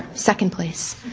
second place.